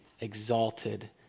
exalted